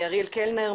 אריאל קלנר,